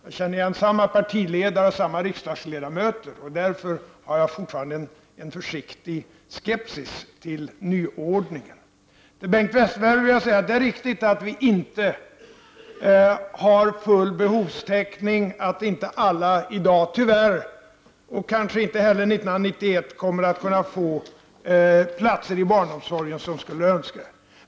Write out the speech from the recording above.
Vi känner igen samma partiledare och samma riksdagsledamöter. Därför hyser jag fortfarande en försiktig skepsis till nyordningen. Till Bengt Westerberg vill jag säga att det är riktigt att vi inte har nått full behovstäckning, att vi tyvärr inte i dag har och kanske inte heller 1991 kommer att kunna få alla de platser i barnomsorgen som skulle vara önskvärda.